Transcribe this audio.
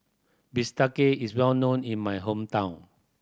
bistake is well known in my hometown